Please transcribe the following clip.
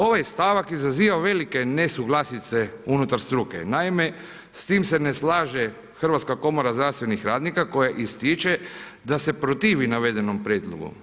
Ovaj stavak izaziva velike nesuglasice unutar struke, naime s tim se ne slaže Hrvatska komora zdravstvenih radnika koje ističe da se protivi navedenom prijedlogu.